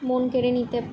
মন কেড়ে নিতে